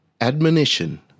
admonition